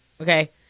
Okay